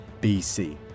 BC